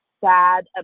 sad